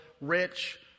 rich